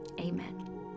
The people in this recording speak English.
amen